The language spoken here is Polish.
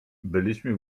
byliśmy